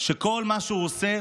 שכל מה שהוא עושה,